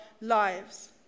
lives